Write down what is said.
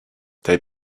they